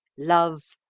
love,